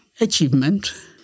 achievement